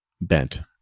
bent